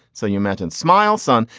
so you met and smile, son.